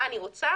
מה אני רוצה?